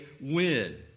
win